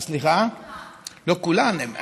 לא כולן.